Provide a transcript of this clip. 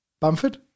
Bamford